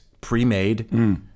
pre-made